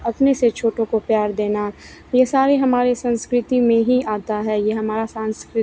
अपने से छोटों को प्यार देना यह सारे हमारे संस्कृति में ही आता है यह हमारा सांस्कृत